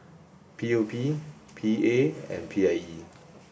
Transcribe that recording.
P O P P A and P I E